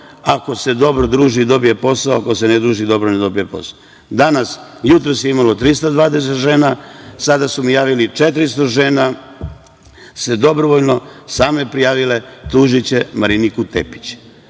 ako se dobro druži dobije posao, ako se ne druži dobro, ne dobije posao. Jutros je bilo 320 žena, sada su mi javili – 400 žena su se dobrovoljno prijavile da tuže Mariniku Tepić.